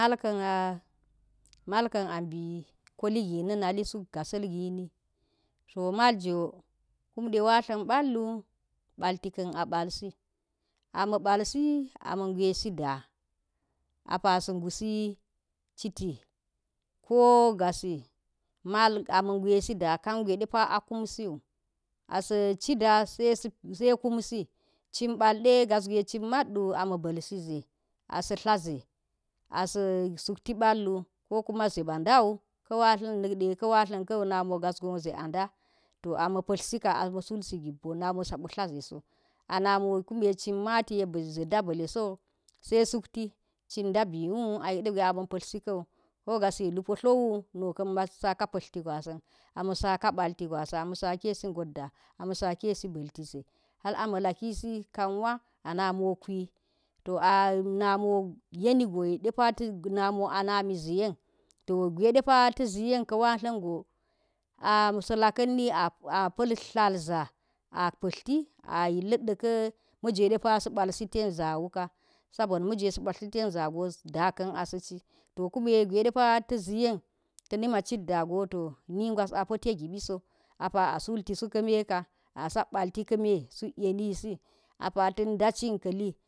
Mal ka̱n a mbi kwoligi na̱ nali suk a gasal gini to mal jo kam de watlan ba̱lwu, ba̱lti kan a ba̱lsi am ma̱ balsi ama ngwe si da apasa̱ ngusi amagwe citi ko gasih mal a ma gwe si de kang we depa a kumsi wu a sa̱ ci da sai kumsi cin bal de gasgwe cin matwu a ma balsi ze a sa̱ tla ze as sa̱ suk tib al wu ko kuma ze ba̱ nda wu na̱kde ka̱ watlan kau na mo ze a da̱ to an ma palsika a ma sul si gib mbo na mo sabot la ze so ama mo kume cin mati yek bi ze nda ba̱leso wu sai suk ti cin da̱ bi wu yek degwe a ma oattle sa kawu, kogasi lupo tlawon nu kan masa patlti gasanka a ma ma sa ka palti gwasin ama sala singot da ama sake sib a ze hal ama lakisi kanwa ana mi oo kwi to a namo yeni gwe depade, a na mo anani ziyen toh gwede pa̱ ta̱ ziyen ka̱ wa tlan go asa̱ lakan m a pal tlal za a patlti a yillad daka ma̱ jwe depa sa pal si den za wuka sabomimajwe sa balsi ten za go da kan asa̱ ci, to kune gwe sepa ta ziyen to nimaa cit dago nig was a po te gi bi so apa a sulti suka mmeka a sak baal to ka meh suk yami si apa ta̱ nda cin ka̱ li